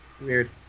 Weird